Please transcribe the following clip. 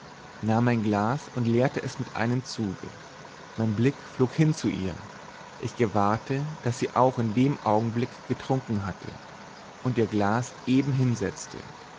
nahm mein glas und leerte es mit einem zuge mein blick flog hin zu ihr ich gewahrte daß sie auch in dem augenblick getrunken hatte und ihr glas eben hinsetzte